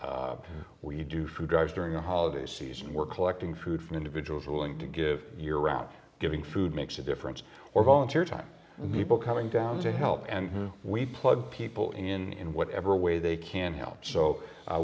tenth we do food drives during the holiday season we're collecting food from individuals willing to give year round giving food makes a difference or volunteer time and people coming down to help and we plug people in in whatever way they can help so